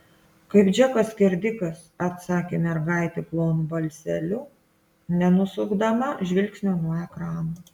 kaip džekas skerdikas atsakė mergaitė plonu balseliu nenusukdama žvilgsnio nuo ekrano